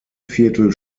viertel